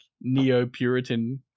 neo-Puritan